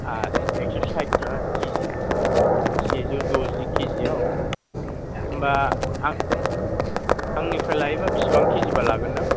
आसि एक्स सायथ थाखा किजि सेजौ दजि केजियाव होनबा आं आंनिफ्राय लायोबा बेसेबां केजिबा लागोन नों